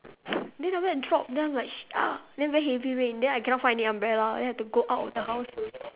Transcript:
then after that drop down I was like shit ah then heavy rain then I cannot find any umbrella then I have to go out of the house